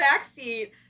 backseat